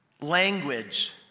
language